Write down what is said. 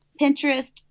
Pinterest